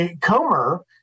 Comer